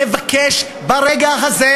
מבקש ברגע הזה,